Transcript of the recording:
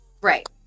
right